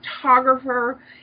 photographer